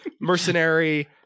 Mercenary